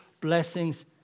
blessings